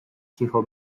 cicho